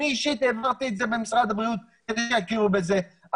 אני אישית העברתי את זה במשרד הבריאות כדי שיכירו בזה,